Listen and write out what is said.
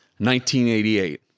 1988